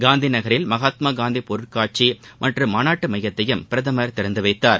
காந்திநகரில் மகாத்மா காந்தி பொருட்காட்சி மற்றும் மாநாட்டு மையத்தையும் பிரதமா் திறந்து வைத்தார்